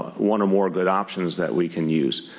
one or more good options that we can use.